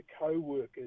co-workers